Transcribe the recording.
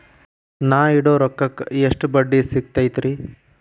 ನಾ ಇಡೋ ರೊಕ್ಕಕ್ ಎಷ್ಟ ಬಡ್ಡಿ ಸಿಕ್ತೈತ್ರಿ?